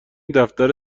دفتر